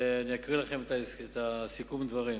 אני אקרא לכם את סיכום הדברים: